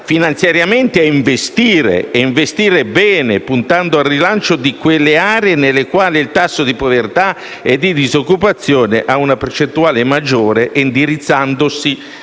finanziariamente è investire e investire bene, puntando al rilancio di quelle aree nelle quali il tasso di povertà e di disoccupazione ha una percentuale maggiore e indirizzandosi